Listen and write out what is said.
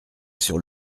sur